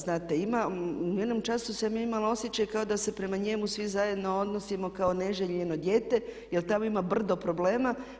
Znate ima, u jednom času sam ja imala osjećaj kao da se prema njemu svi zajedno odnosimo kao neželjeno dijete jel tamo ima brdo problema.